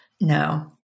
No